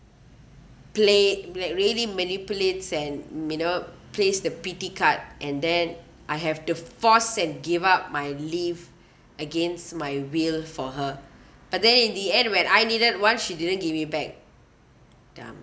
play like really manipulates and you know plays the pity card and then I have to force and give up my leave against my will for her but then in the end when I needed one she didn't give me back dumb